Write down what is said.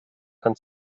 kann